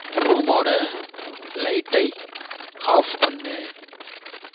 ரூமோடய லைட்டை ஆஃப் பண்ணு